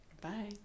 Bye